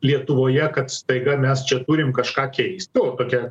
lietuvoje kad staiga mes čia turim kažką keisti o tokia